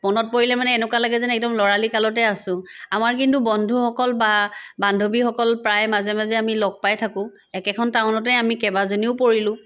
মনত পৰিলে মানে এনেকুৱা লাগে যেন একদম লৰালি কালতে আছো আমাৰ কিন্তু বন্ধুসকল বা বান্ধৱীসকল প্ৰায় মাজে মাজে আমি লগ পাই থাকো একেখন টাউনতে আমি কেইবাজনীও পৰিলো